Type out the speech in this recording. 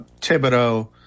thibodeau